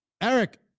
Eric